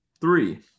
three